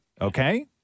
Okay